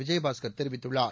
விஜயபாஸ்கர் தெரிவித்துள்ளார்